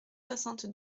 soixante